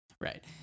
right